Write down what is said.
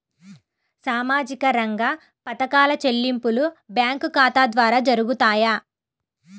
సామాజిక రంగ పథకాల చెల్లింపులు బ్యాంకు ఖాతా ద్వార జరుగుతాయా?